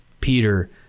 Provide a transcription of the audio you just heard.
Peter